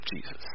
Jesus